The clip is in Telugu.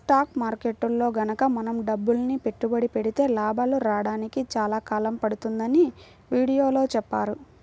స్టాక్ మార్కెట్టులో గనక మనం డబ్బులని పెట్టుబడి పెడితే లాభాలు రాడానికి చాలా కాలం పడుతుందని వీడియోలో చెప్పారు